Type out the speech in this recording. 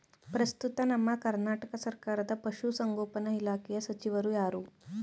ಪ್ರಸ್ತುತ ನಮ್ಮ ಕರ್ನಾಟಕ ಸರ್ಕಾರದ ಪಶು ಸಂಗೋಪನಾ ಇಲಾಖೆಯ ಸಚಿವರು ಯಾರು?